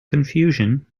confusion